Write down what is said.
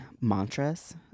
mantras